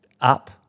up